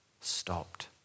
stopped